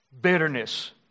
bitterness